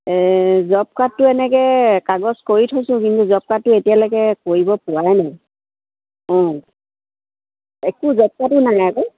job কাৰ্ডটো এনেকৈ কাগজ কৰি থৈছোঁ কিন্তু জব কাৰ্ডটো এতিয়ালৈকে কৰিব পোৱাই নাই অঁ একো জব কাৰ্ডো নাই আকৌ